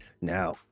Now